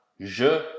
JE